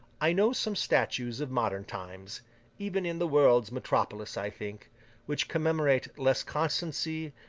i know some statues of modern times even in the world's metropolis, i think which commemorate less constancy,